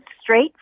straight